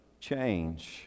change